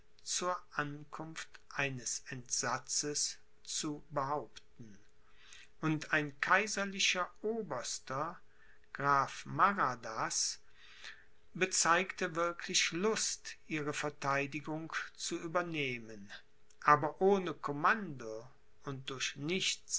zur ankunft eines entsatzes zu behaupten und ein kaiserlicher oberster graf maradas bezeigte wirklich lust ihre verteidigung zu übernehmen aber ohne commando und durch nichts